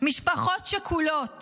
שכולות